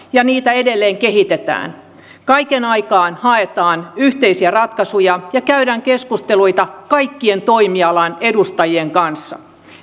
ja niitä edelleen kehitetään kaiken aikaa haetaan yhteisiä ratkaisuja ja käydään keskusteluita kaikkien toimialan edustajien kanssa